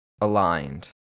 aligned